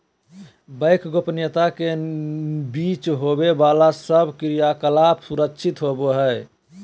bank गोपनीयता के बीच होवे बाला सब क्रियाकलाप सुरक्षित होवो हइ